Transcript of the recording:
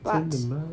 but